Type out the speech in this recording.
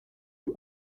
you